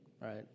right